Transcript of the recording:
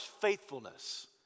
faithfulness